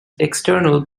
external